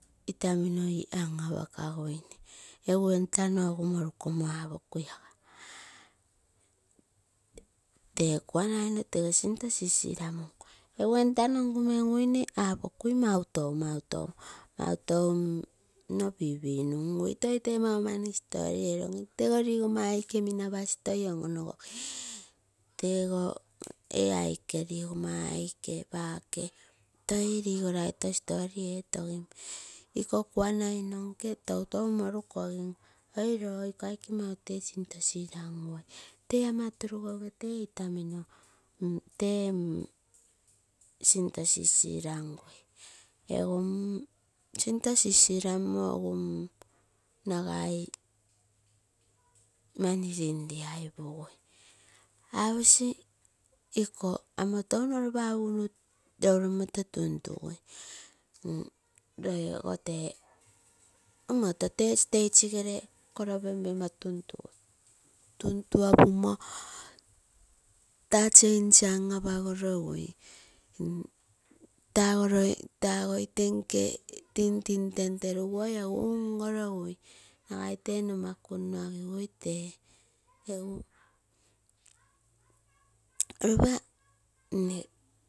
Itaminoi an apakaguine egu entano egu morukomo apokui aga, tee kaanai no tege sinto sisiramungao, entano ngamenguine apokui mautou, mautou, mautou nno pipinuigui toi tee mamani tego rigoma aike minapasi toi on onogom, tego ee aike rogoma aike pake toi rigoraito story etogim. Iko kuanai nonke toutou moruko gim. Oiro? Iko aike mautee sintoo siranguoi. Tee ama turugouge tee itamino tee sinto sisrangui. Egu sinto sisiramo egu mm nagai-nagai mani lennia pupui apoii iko amo touno ropa upuna nomoto tun tugui loi ogo tee omoto tee stage gere, koro pim pimo tuntugui taa change an apagorogui, tago itenke tintin ten terupuoi ogu un ungoloi gui nomaku nno agigui tee egu ropa nne akoi nka nonoi maire toi maaroo nkenke gakai. Toi maumoro tatakui, toi apam nne sinto touno mani, iko tee aike apasi mai morilo ngungu mui. Iko tee turugeitu in inoromum aposi mauropa liga aike itamino nkee. Tee iko ureita kunai nun numo tee toi mau tun tukurugai rumo mau moro pipiguruine, egu nnn sinto tege sinto uru urumo apararo kamo mani, amo toi tege sinto nunnumo oioi mani riapui aposi touno aike muu turugere morilo nkankai nunne mum mumgui ropa tee nno tainoro ragu iko tee iko itamino nke tataru on onogei maumani kaikai ipimomo un upimo toi egu oke toroioo egu tege paigorato egu tagero aike kuago aposi toi pigurui iko aike sinto.